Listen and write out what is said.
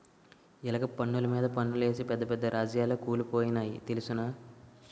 ఇలగ పన్నులు మీద పన్నులేసి పెద్ద పెద్ద రాజాలే కూలిపోనాయి తెలుసునా